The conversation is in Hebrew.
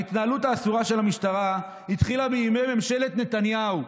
ההתנהלות האסורה של המשטרה התחילה בימי ממשלת נתניהו,